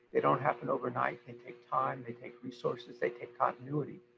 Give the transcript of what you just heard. they don't happen overnight, they take time, they take resources, they take continuity.